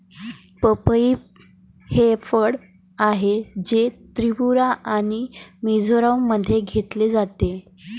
पपई हे फळ आहे, जे त्रिपुरा आणि मिझोराममध्ये घेतले जाते